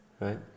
right